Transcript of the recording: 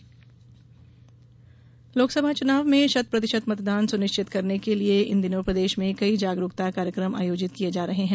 मतदाता जागरूकता लोकसभा चुनाव में शत प्रतिशत मतदान सुनिश्चित करने के लिये इन दिनों प्रदेश में कई जागरूकता कार्यक्रम आयोजित किये जा रहे हैं